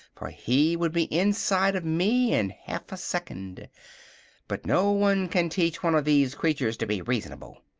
for he would be inside of me in half a second but no one can teach one of these creatures to be reasonable.